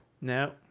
No